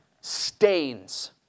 stains